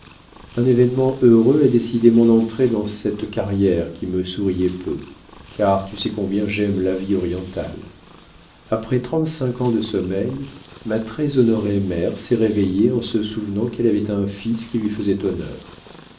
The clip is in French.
un événement heureux a décidé mon entrée dans cette carrière qui me souriait peu car tu sais combien j'aime la vie orientale après trente-cinq ans de sommeil ma très honorée mère s'est réveillée en se souvenant qu'elle avait un fils qui lui faisait honneur